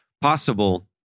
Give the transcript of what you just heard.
possible